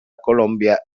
colombia